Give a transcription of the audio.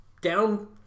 down